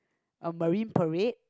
oh Marine-Parade